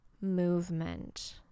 movement